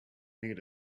need